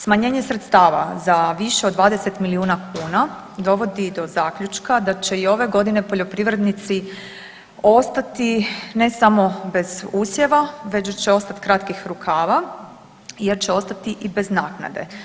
Smanjenje sredstava za više od 20 milijuna kuna dovodi do zaključka da će i ove godine poljoprivrednici ostati ne samo bez usjeva već će ostati bez kratkih rukava jer će ostati i bez naknade.